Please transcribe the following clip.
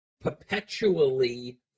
perpetually